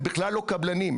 הם בכלל לא קבלנים.